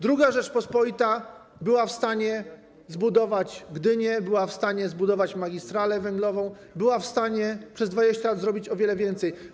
II Rzeczpospolita była w stanie zbudować Gdynię, była w stanie zbudować magistralę węglową, była w stanie przez 20 lat zrobić o wiele więcej.